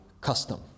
custom